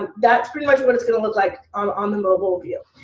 um that's pretty much what it's going to look like on on the mobile view.